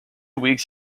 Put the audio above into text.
weeks